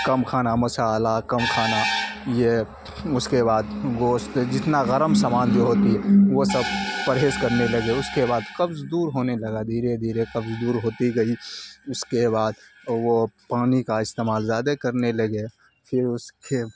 کم کھانا مسالہ کم کھانا یہ اس کے بعد گوست جتنا گرم سامان جو ہوتی ہے وہ سب پرہیز کرنے لگے اس کے بعد قبض دور ہونے لگا دھیرے دھیرے قبض دور ہوتی گئی اس کے بعد وہ پانی کا استعمال زیادہ کرنے لگے پھر اس کے